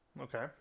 Okay